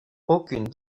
aucune